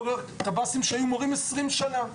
קב"סים שהיו מורים עשרים שנה.